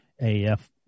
AF